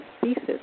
thesis